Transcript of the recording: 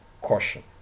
caution